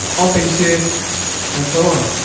open shift and so on.